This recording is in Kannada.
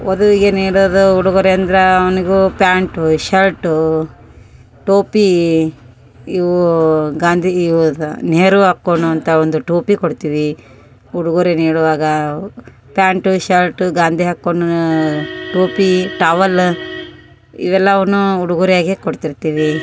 ವಧುವಿಗೆ ನೀಡೋದು ಉಡುಗೊರೆ ಅಂದ್ರೆ ಅವ್ನಿಗು ಪ್ಯಾಂಟು ಶರ್ಟು ಟೋಪಿ ಇವು ಗಾಂಧಿ ಇವ್ರದ್ದು ನೆಹರು ಹಾಕೋಳೊವಂತ ಒಂದು ಟೋಪಿ ಕೊಡ್ತೀವಿ ಉಡುಗೊರೆ ನೀಡುವಾಗ ಪ್ಯಾಂಟು ಶರ್ಟು ಗಾಂಧಿ ಹಾಕೋಳೊ ಟೋಪಿ ಟಾವಲ್ಲ ಇವೆಲ್ಲವನ್ನು ಉಡುಗೊರೆಯಾಗಿ ಕೊಡ್ತಿರ್ತೀವಿ